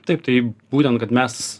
taip tai būtent kad mes